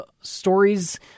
stories